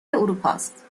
اروپاست